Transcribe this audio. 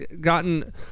gotten